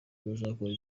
bazakora